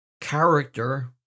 character